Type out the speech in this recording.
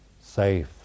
safe